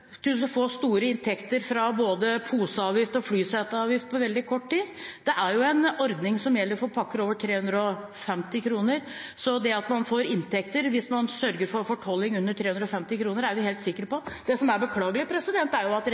få store inntekter fra både poseavgift og flyseteavgift på veldig kort tid. Det er jo en ordning som gjelder for pakker med en verdi på over 350 kr, så det at man får inntekter hvis man sørger for fortolling under 350 kr, er vi helt sikre på. Det som er beklagelig, er at